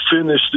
finish